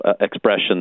expression